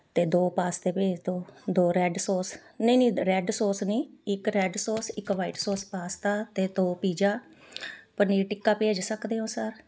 ਅਤੇ ਦੋ ਪਾਸਤੇ ਭੇਜ ਦਿਉ ਦੋ ਰੈੱਡ ਸੋਸ ਨਹੀਂ ਨਹੀਂ ਰੈੱਡ ਸੋਸ ਨਹੀਂ ਇੱਕ ਰੈੱਡ ਸੋਸ ਇੱਕ ਵਾਈਟ ਸੋਸ ਪਾਸਤਾ ਅਤੇ ਦੋ ਪੀਜਾ ਪਨੀਰ ਟਿੱਕਾ ਭੇਜ ਸਕਦੇ ਹੋ ਸਰ